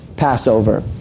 Passover